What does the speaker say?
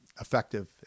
effective